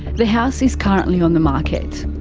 the house is currently on the market.